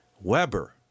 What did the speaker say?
Weber